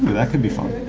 that could be fun.